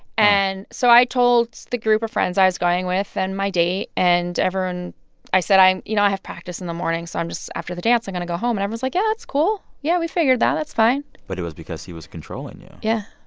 and so i told the group of friends i was going with and my date and everyone i said, you know, i have practice in the morning, so i'm just after the dance, i'm going to go home. and everyone was like, yeah, that's cool. yeah, we figured that. that's fine but it was because he was controlling you yeah.